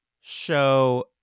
show